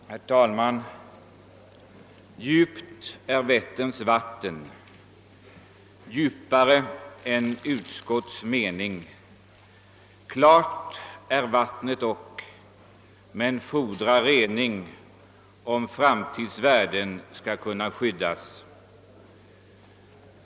Herr talman! Djupt är Vätterns vatten, djupare än utskotts mening. Klart är vattnet ock men fordrar rening om framtids värden skall kunna skyddas.